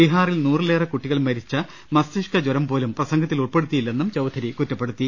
ബീഹാറിൽ നൂറി ലേറെ കുട്ടികൾ മരിച്ച മസ്തിഷ്ക ജൂരം പോലും പ്രസംഗ ത്തിൽ ഉൾപെടുത്തിയില്ലെന്നും ചൌധരി കുറ്റപ്പെടുത്തി